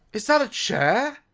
is that a chair?